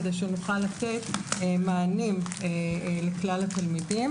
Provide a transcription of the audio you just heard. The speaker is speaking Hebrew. כדי שנוכל לתת מענים לכלל התלמידים.